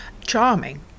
charming